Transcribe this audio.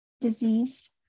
disease